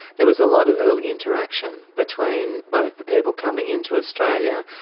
there was a lot of early interaction between both the people coming into australia,